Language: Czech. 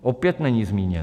Opět není zmíněno.